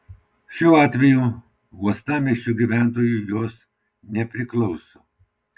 šiuo atveju uostamiesčio gyventojui jos nepriklauso